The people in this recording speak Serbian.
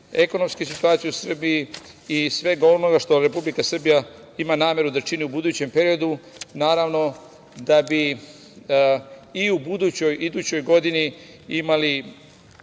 ekonomske situacije u Srbiji i svega onoga što Republika Srbija ima nameru da čini u budućem periodu, naravno, da bi i u budućoj idućoj godini imali,